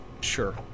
sure